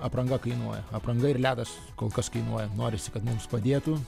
apranga kainuoja apranga ir ledas kol kas kainuoja norisi kad mums padėtų